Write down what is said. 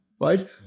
right